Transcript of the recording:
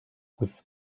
with